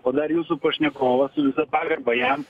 o dar jūsų pašnekovas su visa pagarba jam